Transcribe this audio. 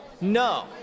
No